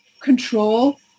control